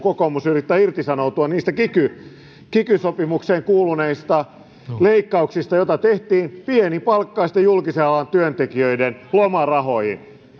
kokoomus yrittää irtisanoutua niistä kiky kiky sopimukseen kuuluneista leikkauksista joita tehtiin pienipalkkaisten julkisen alan työntekijöiden lomarahoihin